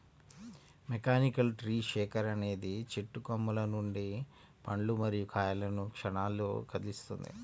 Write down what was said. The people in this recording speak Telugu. మెకానికల్ ట్రీ షేకర్ అనేది చెట్టు కొమ్మల నుండి పండ్లు మరియు కాయలను క్షణాల్లో కదిలిస్తుంది